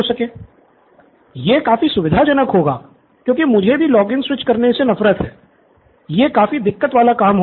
professor Bala यह काफी सुविधाजनक होगा क्योंकि मुझे भी लॉगिन स्विच करने से नफरत है यह काफी दिक्कत वाला काम होता है